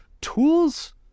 Tools